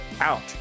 out